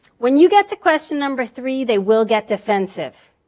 when you get to question number three, they will get defensive,